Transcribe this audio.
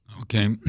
Okay